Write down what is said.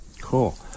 Cool